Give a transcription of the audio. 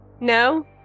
no